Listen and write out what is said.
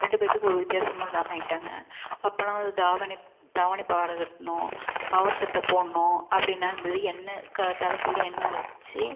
ரெண்டு பேத்துக்கும் ஒரு வித்தியாசமும் இல்லாமல் ஆகிட்டாங்க அப்பயெல்லாம் தாவணி தாவணி பாவாடை கட்டணும் பாவாடை சட்டை போடணும் அப்படின்லாம் இருந்தது எண்ணெய் தலை ஃபுல்லும் எண்ணெய் வச்சு